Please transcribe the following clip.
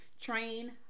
train